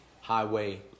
Highway